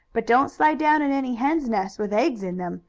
but don't slide down in any hens' nests with eggs in them,